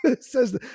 says